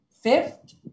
Fifth